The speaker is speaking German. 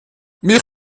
mich